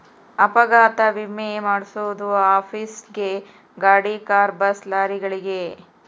ಅಪಘಾತ ವಿಮೆ ಮಾದ್ಸೊದು ಆಫೀಸ್ ಗೇ ಗಾಡಿ ಕಾರು ಬಸ್ ಲಾರಿಗಳಿಗೆ